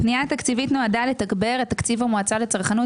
הפנייה התקציבית נועדה לתגבר את תקציב המועצה לצרכנות